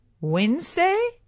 Wednesday